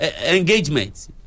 engagement